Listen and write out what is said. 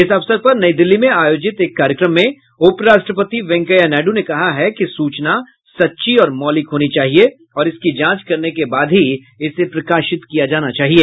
इस अवसर पर नई दिल्ली में आयोजित एक कार्यक्रम में उपराष्ट्रपति वेंकैया नायड् ने कहा है कि सूचना सच्ची और मौलिक होनी चाहिए और इसकी जांच करने के बाद ही इसे प्रकाशित किया जाना चाहिए